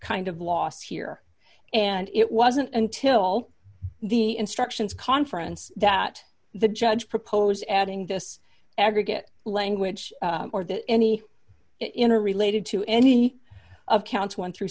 kind of lost here and it wasn't until the instructions conference that the judge proposed adding this aggregate language or that any in are related to any of counts one through